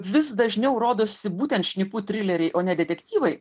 vis dažniau rodosi būtent šnipų trileriai o ne detektyvai